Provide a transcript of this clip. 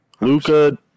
Luca